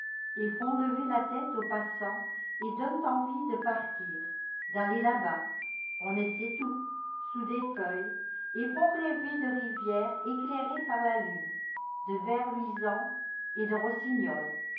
et font lever la tête aux passants et donnent envie de partir d'aller là-bas on ne sait où sous des feuilles et font rêver de rivières éclairées par la lune de vers luisants et de rossignols